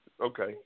Okay